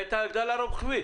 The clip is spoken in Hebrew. הייתה הגדלה רוחבית.